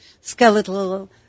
skeletal